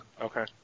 Okay